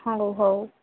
ହଉ ହଉ